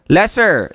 Lesser